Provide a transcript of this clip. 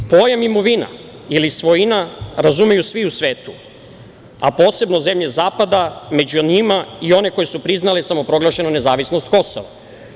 Pojam imovina ili svojina razumeju svi u svetu, a posebno zemlje zapada, među njima i one koje su priznale samoproglašenu nezavisnost Kosova.